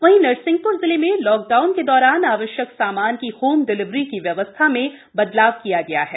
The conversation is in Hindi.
वहीं नरसिंहपुर जिले में लॉकडाउन के दौरान आवश्यक सामान की होम डिलिवरी की व्यवस्था में बदलाव किया गया है